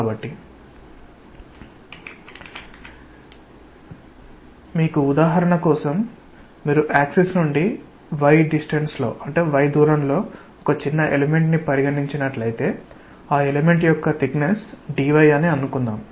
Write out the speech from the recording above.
కాబట్టి మీకు ఉదాహరణ కోసం మీరు యాక్సిస్ నుండి y దూరంలో ఒక చిన్న ఎలెమెంట్ ని పరిగణించినట్లయితే ఆ ఎలెమెంట్ యొక్క మందం dy అని అనుకుందాం